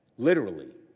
literally.